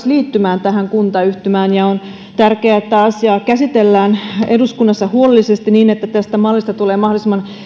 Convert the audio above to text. liittymään tähän kuntayhtymään ja on tärkeää että asiaa käsitellään eduskunnassa huolellisesti niin että tästä mallista tulee mahdollisimman